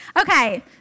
Okay